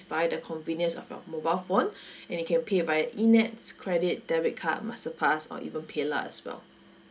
via the convenience of your mobile phone and you can pay it by eNETS credit debit card masterpass or even paylah as well